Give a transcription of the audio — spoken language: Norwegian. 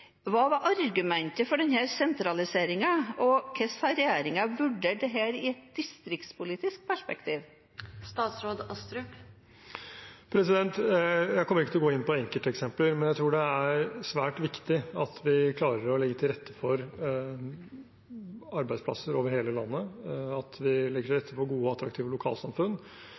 Hva var argumentet for denne sentraliseringen? Og hvordan har regjeringen vurdert dette i et distriktspolitisk perspektiv? Jeg kommer ikke til å gå inn på enkelteksempler, men jeg tror det er svært viktig at vi klarer å legge til rette for arbeidsplasser over hele landet, at vi legger til rette for gode og attraktive lokalsamfunn,